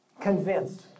convinced